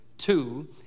Two